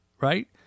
right